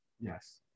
Yes